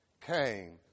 came